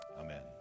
Amen